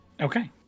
Okay